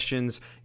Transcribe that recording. questions